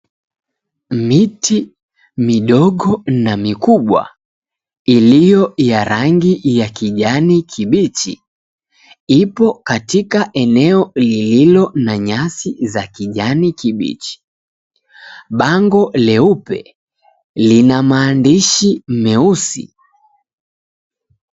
Miti midogo na mikubwa ilio ya rangi ya kijani kibichi ipo katika eneo lililo na nyasi za kijani kibichi. Bango leupe lina maandishi meusi.